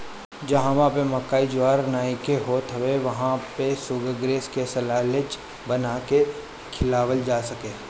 जहवा पे मकई ज्वार नइखे होत वहां पे शुगरग्रेज के साल्लेज बना के खियावल जा सकत ह